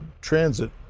transit